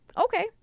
Okay